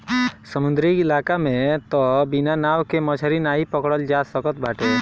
समुंदरी इलाका में तअ बिना नाव के मछरी नाइ पकड़ल जा सकत बाटे